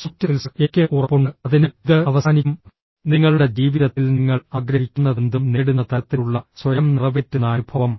soft skills എനിക്ക് ഉറപ്പുണ്ട് അതിനാൽ ഇത് അവസാനിക്കും നിങ്ങളുടെ ജീവിതത്തിൽ നിങ്ങൾ ആഗ്രഹിക്കുന്നതെന്തും നേടുന്ന തരത്തിലുള്ള സ്വയം നിറവേറ്റുന്ന അനുഭവം